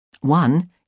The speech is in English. One